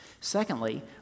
Secondly